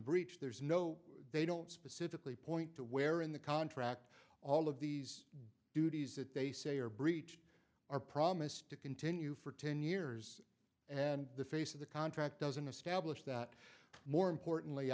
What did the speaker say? breach there's no they don't specifically point to where in the contract all of these duties that they say are breach our promise to continue for ten years and the face of the contract doesn't establish that more importantly